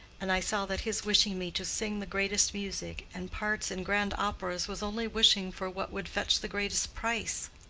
and i saw that his wishing me to sing the greatest music, and parts in grand operas, was only wishing for what would fetch the greatest price.